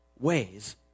ways